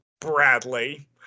Bradley